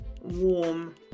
warm